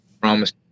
promise